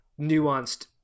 nuanced